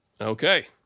Okay